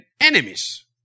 enemies